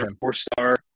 four-star